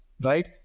Right